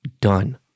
done